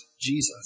Jesus